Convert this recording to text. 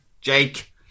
Jake